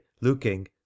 looking